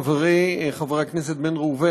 חברי חבר הכנסת בן ראובן,